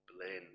blend